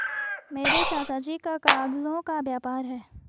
मेरे चाचा जी का कागजों का व्यापार है